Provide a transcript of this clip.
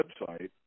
website